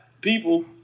people